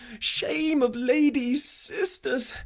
shame of ladies! sisters!